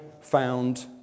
found